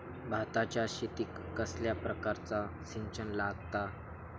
भाताच्या शेतीक कसल्या प्रकारचा सिंचन लागता?